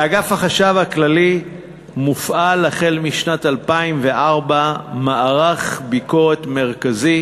באגף החשב הכללי מופעל החל משנת 2004 מערך ביקורת מרכזי